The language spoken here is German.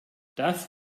das